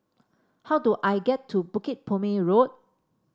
how do I get to Bukit Purmei Road